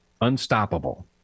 Unstoppable